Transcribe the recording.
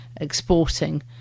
exporting